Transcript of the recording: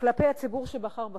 כלפי הציבור שבחר בכם.